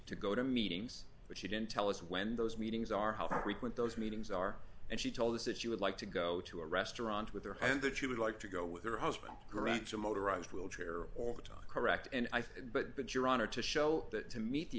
to go to meetings but she didn't tell us when those meetings are how frequent those meetings are and she told us it you would like to go to a restaurant with her and that she would like to go with her husband directs a motorized wheelchair or to correct and i think but but your honor to show that to meet the